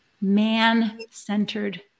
man-centered